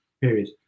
period